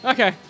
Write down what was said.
Okay